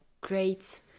great